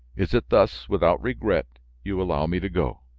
is it thus, without regret, you allow me to go?